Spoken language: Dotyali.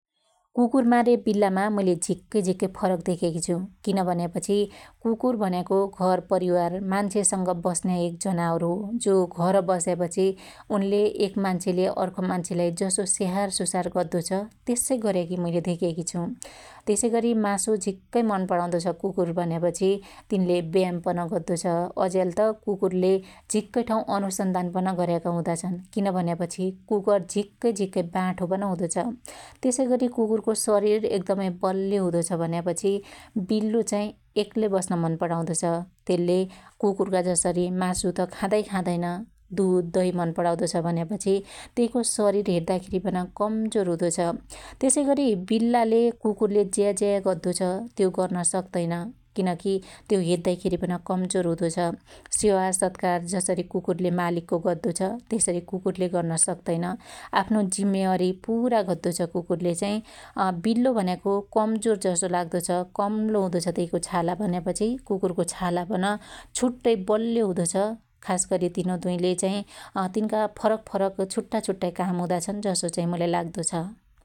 कुकुरमा रे बिल्लामा मुइले झिक्कै झिक्कै फरक देख्याकी छु । किन भन्यापछी कुकुर भन्याको घरपरीवार मान्छेसंग बस्न्या एक जनावर हो जो घर बस्यापछी उनले एक मान्छेले अर्को मान्छेलाई जसो स्याहार सुसार गद्दो छ ,त्यस्सै गर्याकी मुईले धेक्याकी छु । त्यसैगरी मासु झिक्कै मन पणाउदो छ कुकुर भन्यापछि तिनले व्याम पन गद्दो छ ,अज्याल त कुकुरले झिक्कै ठाँउ अनुसन्धान पन गर्याका हुदा छन्, किन भन्यापछि कुकर झिक्कै झिक्कै बाठो पन हुदो छ । त्यसैगरी कुकुरको शरीर एकदमै बल्यो हुदो छ भन्यापछि बिल्लो चाइ एक्लै बस्न मन पणाउदो छ, त्यल्ले कुकुरका जसरी मासु त खादाई खादैन दुध दहि मन पणाउदो छ भन्यापछि त्यइको शरीर हेद्दा खेरीपन कमजोर हुदो छ । त्यसैगरी बिल्लाले कुकुरले ज्या ज्या गद्दो छ त्यो गर्न सक्तैन् किनकी त्यो हेद्दाइ खेरी पन कमजोर ह्दो छ । सेवा सत्कार जसरी कुकुरले मालीकको गद्दो छ त्यसरी कुकुरले गर्न सक्तैन । आफ्नो जिम्मेवारी पुरा गद्दो छ कुकुरले चाइ । बिल्लो भन्याको कमजोर जसो लाग्दो छ ,कम्लो हुदो छ त्यैको छाला भन्यापछि कुकुरको छाला पन छुट्टै बल्यो हुदो छ, खासगरी तिनु दुईले चाहि तिनका फरक फरक छुट्टा छुट्टै काम हुदाछन जसो चाई मुलाई लाग्दो छ ।